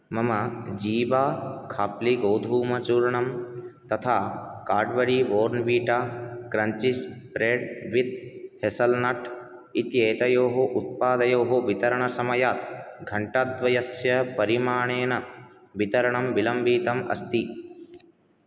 मम जीवाखाप्लिगोधूमचूर्णं तथा Cadbury Bournvita crunchies bread with hazelnut इत्येतयोः उत्पादयोः वितरणसमयात् घण्टाद्वयस्य परिमाणेन वितरणं विलम्बितम् अस्ति